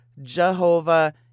Jehovah